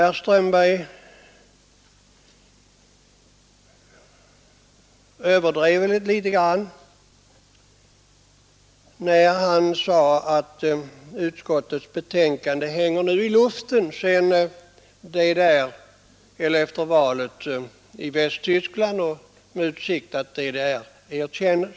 Herr Strömberg överdrev väl litet grand när han sade att utskottsbetänkandet hänger i luften efter valet i Västtyskland med hänsyn till utsikterna att DDR nu erkännes.